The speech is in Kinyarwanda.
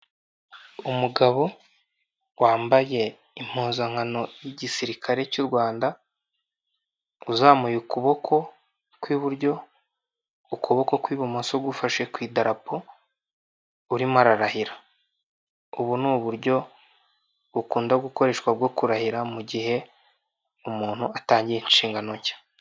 Umugabo wambaye impuzankano y'igisirikare cy'u Rwanda, uzamuye ukuboko kw'iburyo, ukuboko kw'ibumoso gufashe ku idarapo, urimo ararahira. Ubu ni uburyo bukunda gukoreshwa bwo kurahira mu gihe umuntu atangiye inshingano nshya.